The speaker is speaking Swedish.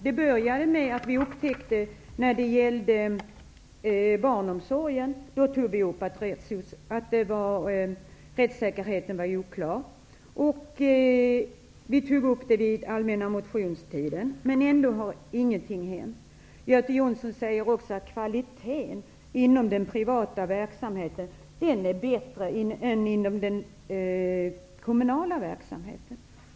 Det började med att vi upptäckte att rättssäkerheten var oklar när det gällde barnomsorgen, och vi tog sedan upp det vid den allmänna motionstiden. Ändå har ingenting hänt. Göte Jonsson säger också att kvaliteten inom den privata verksamheten är bättre än inom den kommunala verksamheten.